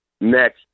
next